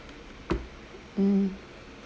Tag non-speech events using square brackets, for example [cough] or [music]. [noise] um